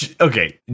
okay